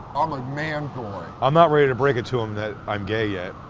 i'm a man. i'm not ready to break it to em that i'm gay yet.